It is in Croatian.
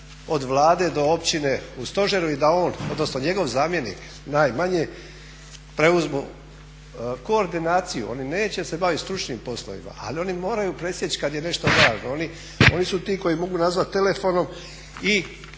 od Vlade do općine u stožeru i da on, odnosno njegov zamjenik najmanji preuzmu koordinaciju. Oni neće se bavit stručnim poslovima, ali oni moraju presjeći kad je nešto važno. Oni su ti koji mogu nazvati telefonom i